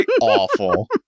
Awful